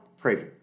Crazy